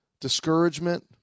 Discouragement